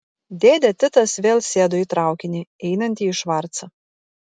dėdė titas vėl sėdo į traukinį einantį į švarcą